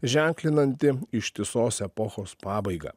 ženklinanti ištisos epochos pabaigą